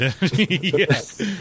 Yes